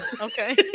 okay